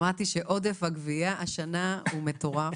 שמעתי שעודף הגבייה השנה הוא מטורף,